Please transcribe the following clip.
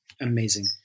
amazing